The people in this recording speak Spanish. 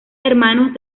hermanos